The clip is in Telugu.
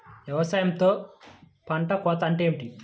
వ్యవసాయంలో పంట కోత అంటే ఏమిటి?